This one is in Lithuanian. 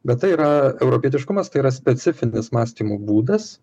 bet tai yra europietiškumas tai yra specifinis mąstymo būdas